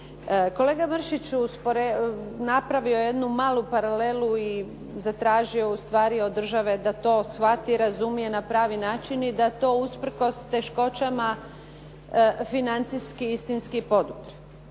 Kolega Mršić napravio je jednu malu paralelu i zatražio je zapravo od države da to shvati i razumije na pravi način i da to usprkos teškoćama financijski istinski podupre.